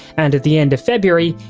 and the end of february,